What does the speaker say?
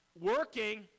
working